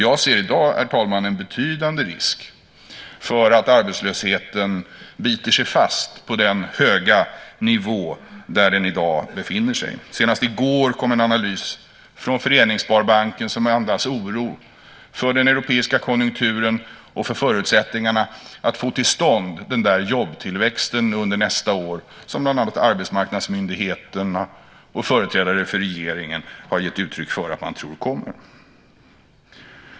Jag ser i dag, herr talman, en betydande risk för att arbetslösheten ska bita sig fast på den höga nivå där den i dag befinner sig. Senast i går kom en analys från Föreningssparbanken som andas oro för den europeiska konjunkturen och för förutsättningarna att få till stånd den jobbtillväxt under nästa år som bland annat arbetsmarknadsmyndigheterna och företrädare för regeringen har gett uttryck för att man tror kommer.